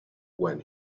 when